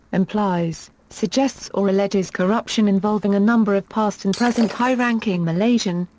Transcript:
implies, suggests or alleges corruption involving a number of past and present high-ranking malaysian,